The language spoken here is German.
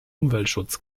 umweltschutz